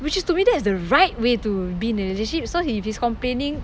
which is to me that is the right way to be in a relationship so if he's complaining